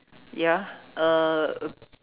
ya uh